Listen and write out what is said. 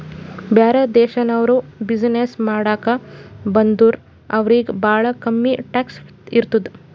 ಬ್ಯಾರೆ ದೇಶನವ್ರು ಬಿಸಿನ್ನೆಸ್ ಮಾಡಾಕ ಬಂದುರ್ ಅವ್ರಿಗ ಭಾಳ ಕಮ್ಮಿ ಟ್ಯಾಕ್ಸ್ ಇರ್ತುದ್